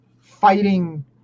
fighting